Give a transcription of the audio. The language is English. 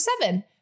seven